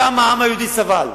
כמה העם היהודי סבל,